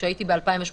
כשהייתי ב-2018